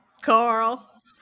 Carl